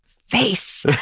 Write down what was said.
face!